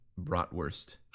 bratwurst